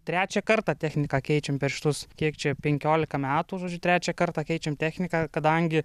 trečią kartą techniką keičiam per šituos kiek čia penkiolika metų žodžiu trečią kartą keičiam techniką kadangi